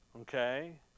okay